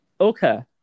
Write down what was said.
Okay